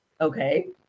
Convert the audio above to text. Okay